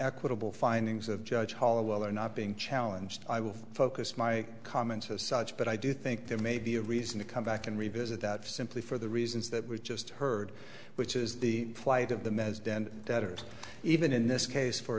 equitable findings of judge hollowell are not being challenged i will focus my comments as such but i do think there may be a reason to come back and revisit that if simply for the reasons that we just heard which is the plight of the meds then even in this case for